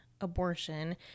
abortion